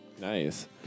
Nice